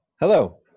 Hello